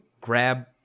grab